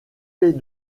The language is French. les